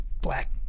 Black